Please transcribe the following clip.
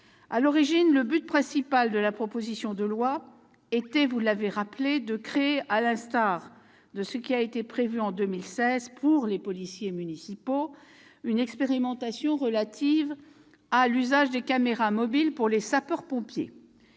À l'origine, le but principal de la proposition de loi était- vous l'avez rappelé -de créer, à l'instar de ce qui a été prévu en 2016 pour les policiers municipaux, une expérimentation relative à l'usage des caméras mobiles pour les sapeurs-pompiers.